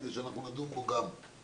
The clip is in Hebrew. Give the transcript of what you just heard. כדי שאנחנו נדון בו גם בהמשך,